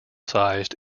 sized